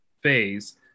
phase